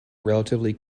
relatively